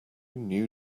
new